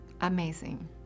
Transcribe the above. amazing